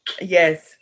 yes